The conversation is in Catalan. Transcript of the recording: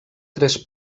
tres